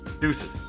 Deuces